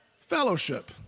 fellowship